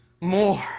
more